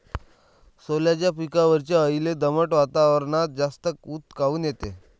सोल्याच्या पिकावरच्या अळीले दमट वातावरनात जास्त ऊत काऊन येते?